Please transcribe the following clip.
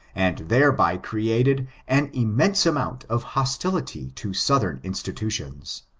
and thereby created an immense amount of hostility to southern institutions.